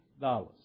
dollars